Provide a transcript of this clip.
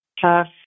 tough